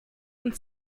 und